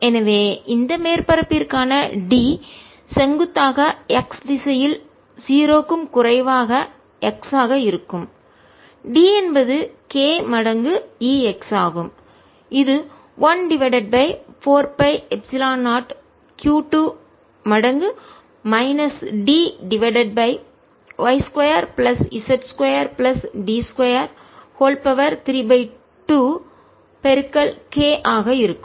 எனவே இந்த மேற்பரப்பிற்கான D செங்குத்தாக x திசையில் 0 க்கும் குறைவாக x ஆக இருக்கும் D என்பது k மடங்கு E x ஆகும் இது 1 divided by 4 pi epsilon 0 q2 மடங்கு minus d divided by y 2 plus z 2 plus d 2 3 2 K ஆக இருக்கும்